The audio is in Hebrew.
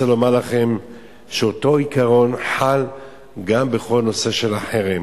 אז אני רוצה לומר לכם שאותו עיקרון חל גם בכל הנושא של החרם.